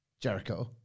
Jericho